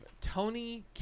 Tony